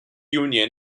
union